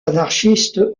anarchistes